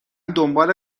دنبال